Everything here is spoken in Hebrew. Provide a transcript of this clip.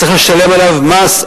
צריך לשלם עליו מס,